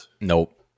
Nope